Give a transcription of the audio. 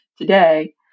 today